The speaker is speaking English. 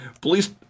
Police